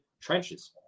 trenches